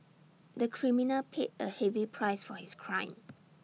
the criminal paid A heavy price for his crime